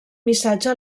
missatge